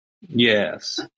Yes